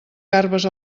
garbes